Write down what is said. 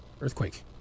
Earthquake